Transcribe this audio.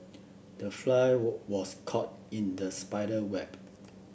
the fly was caught in the spider web